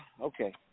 Okay